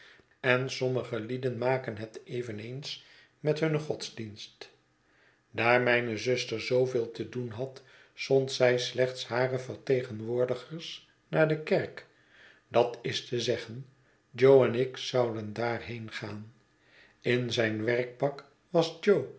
en sommige lieden maken het eveneens methun gohsdienst daar mijne zuster zooveel te doen had zond zij slechts hare vertegenwoordigers naar de kerk dat is te zeggen jo en ik zouderf daarheen gaan in zijn werkpak was jo